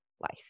life